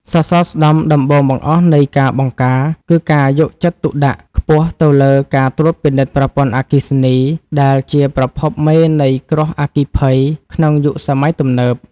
សសរស្ដម្ភដំបូងបង្អស់នៃការបង្ការ គឺការយកចិត្តទុកដាក់ខ្ពស់ទៅលើការត្រួតពិនិត្យប្រព័ន្ធអគ្គិសនី ដែលជាប្រភពមេនៃគ្រោះអគ្គីភ័យក្នុងយុគសម័យទំនើប។